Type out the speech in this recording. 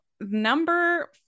Number